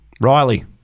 Riley